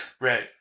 Right